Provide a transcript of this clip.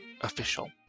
official